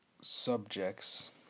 subjects